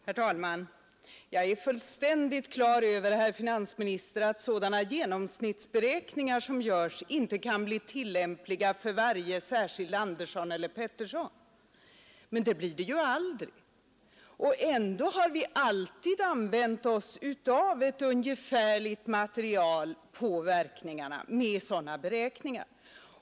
Herr talman! Jag är fullständigt på det klara med, herr finansminister, att sådana genomsnittsberäkningar som här görs inte blir tillämpliga för varje enskild Andersson eller Pettersson. Men det blir de ju aldrig, och ändå har vi alltid använt oss av ett sådant ungefärligt material för att belysa verkningarna.